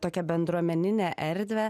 tokią bendruomeninę erdvę